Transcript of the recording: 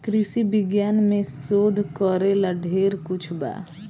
कृषि विज्ञान में शोध करेला ढेर कुछ बा